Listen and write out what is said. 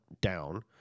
down